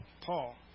Paul